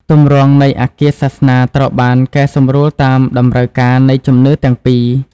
ទម្រង់ នៃអាគារសាសនាត្រូវបានកែសម្រួលតាមតម្រូវការនៃជំនឿទាំងពីរ។